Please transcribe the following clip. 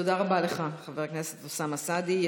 תודה רבה לך, חבר הכנסת אוסאמה סעדי.